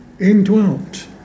indwelt